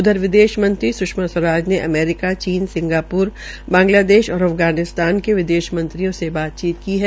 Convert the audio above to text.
उधर विदेशमंत्री स्षमा स्वराज ने अमेरिका चीन सिंगाप्र बांगलादेश और अफगानिस्तान के विदेश मंत्रियों से बातचीत की है